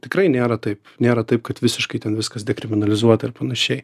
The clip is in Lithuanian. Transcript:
tikrai nėra taip nėra taip kad visiškai ten viskas dekriminalizuota ir panašiai